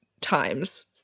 times